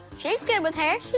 she's good with hair.